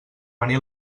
venir